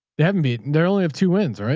they haven't beat. they're only have two wins, right?